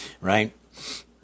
right